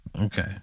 Okay